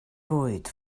fwyd